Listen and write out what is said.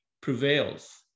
prevails